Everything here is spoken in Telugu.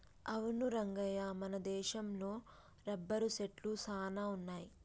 అవును రంగయ్య మన దేశంలో రబ్బరు సెట్లు సాన వున్నాయి